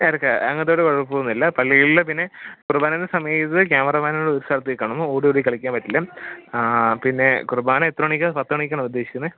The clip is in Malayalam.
എടുക്കാം അങ്ങനത്തെ ഒരു കുഴപ്പം ഒന്നുമില്ല പള്ളിയിൽ പിന്നെ കുർബാനയുടെ സമയത്ത് ക്യാമറാമാനോട് ഒരു സ്ഥലത്ത് നിക്കണമെന്നും ഓടി ഓടി കളിക്കാൻ പറ്റില്ല പിന്നെ കുർബാന എത്ര മണിക്കാണ് പത്ത് മണിക്കാണോ ഉദ്ദേശിക്കുന്നത്